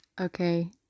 okay